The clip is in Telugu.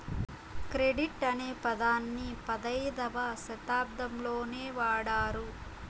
క్రెడిట్ అనే పదాన్ని పదైధవ శతాబ్దంలోనే వాడారు